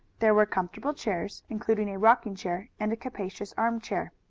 there were comfortable chairs, including a rocking-chair and a capacious armchair.